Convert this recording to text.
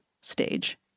stage